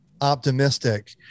optimistic